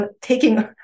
taking